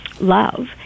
love